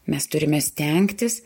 mes turime stengtis